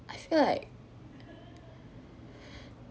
I feel like